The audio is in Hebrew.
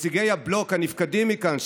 נציגי הבלוק הנפקדים מכאן,